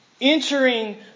entering